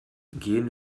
gehen